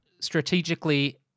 strategically